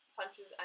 punches